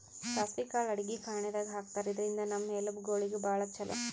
ಸಾಸ್ವಿ ಕಾಳ್ ಅಡಗಿ ಫಾಣೆದಾಗ್ ಹಾಕ್ತಾರ್, ಇದ್ರಿಂದ್ ನಮ್ ಎಲಬ್ ಗೋಳಿಗ್ ಭಾಳ್ ಛಲೋ